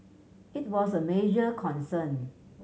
it was a major concern